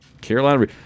Carolina